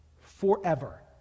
forever